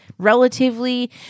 relatively